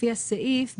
לפי הסעיף,